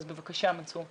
אז, בבקשה, מנסור.